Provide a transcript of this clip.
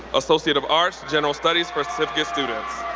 associate of arts, general studies for certificate students.